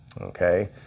Okay